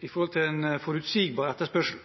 i forhold til en forutsigbar etterspørsel.